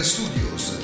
Studios